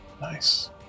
Nice